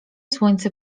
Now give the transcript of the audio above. słońce